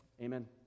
Amen